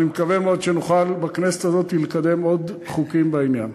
אני מקווה מאוד שבכנסת הזאת נוכל לקדם עוד חוקים בעניין.